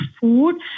food